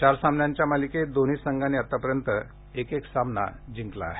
चार सामन्यांच्या मालिकेत दोन्ही संघांनी आतापर्यंत एक एक सामना जिंकला आहे